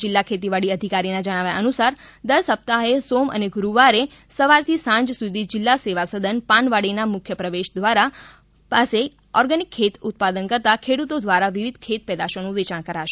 જિલ્લા ખેતીવાડી અધિકારી ના જણાવ્યા અનુસાર દર સપ્તાહે સોમ અને ગુરૂવારે સવારથી સાંજ સુધી જિલ્લા સેવા સદન પાનવાડીના મુખ્ય પ્રવેશ દ્વારા પાસે ઓર્ગેનિક ખેત ઉત્પાદન કરતાં ખેડૂતો દ્વારા વિવિધ ખેત પેદાશોનું વેચાણ કરાશે